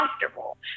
comfortable